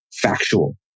Factual